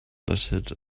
littered